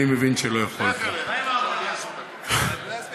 אני מבין שבימים האלה אתה מאוד טרוד באמוניה,